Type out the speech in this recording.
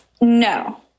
No